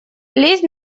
лезь